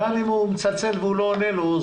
גם אם הוא מצלצל והוא לא עונה לו,